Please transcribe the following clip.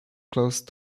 close